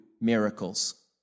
miracles